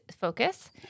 focus